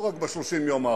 לא רק ב-30 היום האחרונים,